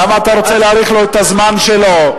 למה אתה רוצה להאריך לו את הזמן שלו?